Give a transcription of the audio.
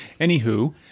Anywho